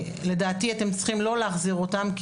שלדעתי אתם צריכים לא להחזיר אותם כי